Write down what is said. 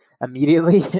immediately